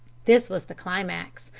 this was the climax,